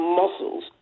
muscles